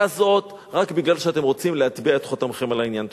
הזאת רק בגלל שאתם רוצים להטביע את חותמכם על העניין.